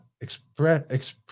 express